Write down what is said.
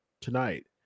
tonight